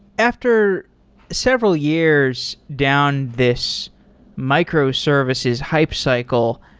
after several years down this microservices hype cycle,